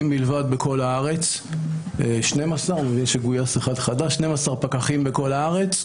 12 פקחים בכול הארץ,